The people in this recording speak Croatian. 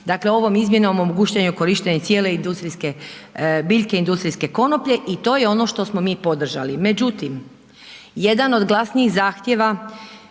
Dakle, ovom izmjenom o mogućnosti korištenja cijele industrijske, biljke industrijske konoplje i to je ono što smo mi podržali.